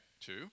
two